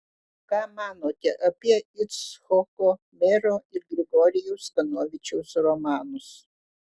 ką manote apie icchoko mero ir grigorijaus kanovičiaus romanus